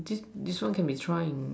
just this one can be try in